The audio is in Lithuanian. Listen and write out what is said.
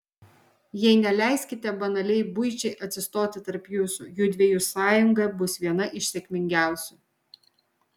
jei neleiskite banaliai buičiai atsistoti tarp jūsų judviejų sąjunga bus viena iš sėkmingiausių